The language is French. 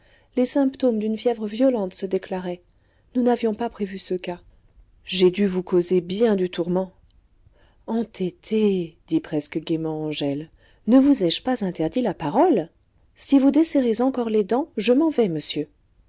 les symptômes d'une fièvre violente se déclaraient nous n'avions pas prévu ce cas j'ai dû vous causer bien du tourment entêté dit presque gaiement angèle ne vous ai-je pas interdit la parole si vous desserrez encore les dents je m'en vais monsieur